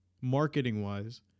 marketing-wise